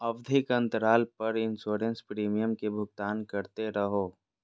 आवधिक अंतराल पर इंसोरेंस प्रीमियम के भुगतान करते रहो